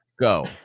Go